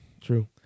True